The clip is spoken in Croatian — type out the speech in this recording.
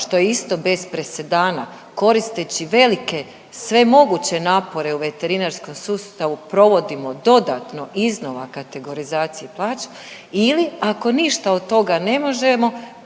što je isto bez presedana, koristeći velike, sve moguće napore u veterinarskom sustavu, provodimo dodatno iznosa kategorizaciju .../Govornik se ne